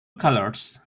colours